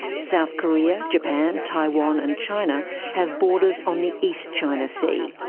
south korea, japan, taiwan and china have borders on the east china sea.